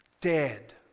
Dead